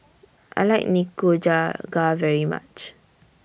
I like Nikujaga very much